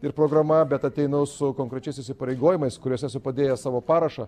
ir programa bet ateinu su konkrečiais įsipareigojimais kuriuos esu padėjęs savo parašą